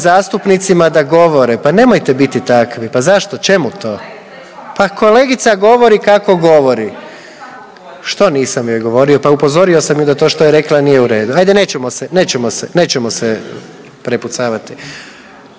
zastupnicima da govore. Pa nemojte biti takvi! Pa zašto? Čemu to? Pa kolegica govori kako govori. …/Upadica sa strane, ne razumije se./… Što nisam joj govorio? Pa upozorio sam je da to što je rekla nije u redu. Hajde nećemo se, nećemo se prepucavati.